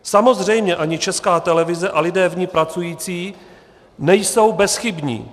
Samozřejmě ani Česká televize a lidé v ní pracující nejsou bezchybní.